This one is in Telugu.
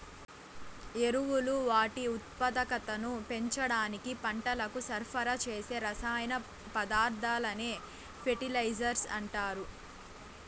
ఎరువులు వాటి ఉత్పాదకతను పెంచడానికి పంటలకు సరఫరా చేసే రసాయన పదార్థాలనే ఫెర్టిలైజర్స్ అంటారు